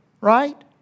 right